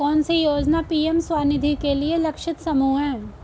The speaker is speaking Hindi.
कौन सी योजना पी.एम स्वानिधि के लिए लक्षित समूह है?